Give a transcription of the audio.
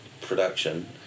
production